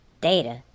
Data